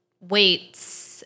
weights